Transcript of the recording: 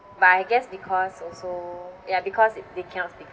but I guess because also ya because if they cannot speak